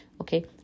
okay